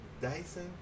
Dyson